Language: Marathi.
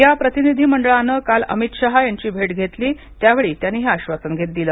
या प्रतिनिधी मंडळाने काल अमित शहा यांची भेट घेतली त्यावेळी त्यांनी हे आश्वासन दिल